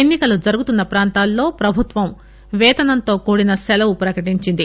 ఎన్ని కలు జరుగుతున్న ప్రాంతాల్లో ప్రభుత్వం వేతనంతో కూడిన సెలవు ప్రకటించింది